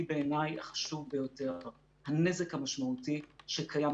בעיניי החשוב ביותר: הנזק המשמעותי שקיים.